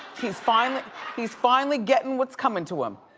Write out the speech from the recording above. he's finally he's finally gettin' what's comin' to him.